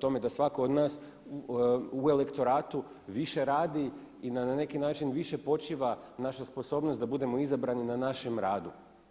tome da svatko od nas u elektoratu više radi i da na neki način više počiva naša sposobnost da budemo izabrani na našem radu.